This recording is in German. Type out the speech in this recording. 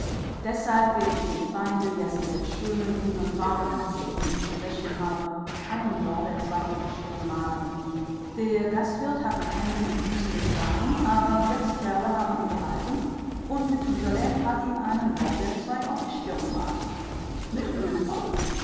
deshalb werde ich dem feinde jetzt mit der schönen grünen farbe die ich in diesem fläschchen habe einen lorbeerzweig auf die stirn malen der gastwirt hat mit händen und füßen geschlagen aber sechs kerle haben ihn gehalten und methusalem hat ihm einen lorbeerzweig auf die stirn gemalt mit ölfarbe